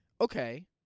Okay